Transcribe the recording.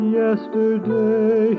yesterday